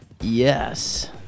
Yes